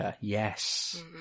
yes